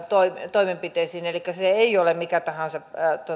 toimenpiteisiin elikkä se ei ole mikä tahansa